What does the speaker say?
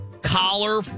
collar